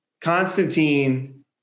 Constantine